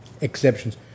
exceptions